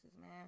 man